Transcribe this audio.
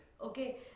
Okay